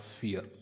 fear